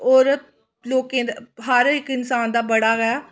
होर लोके दा हर इक इसान दा बड़ा गै